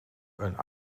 een